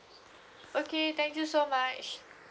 okay thank you so much